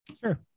Sure